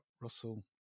Russell